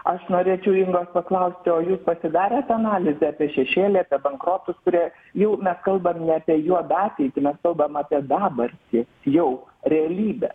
aš norėčiau ingos paklausti o jūs pasidarėt analizę apie šešėlį apie bankrotus kurie jau mes kalbam apie juodą ateitį mes kalbam apie dabartį jau realybę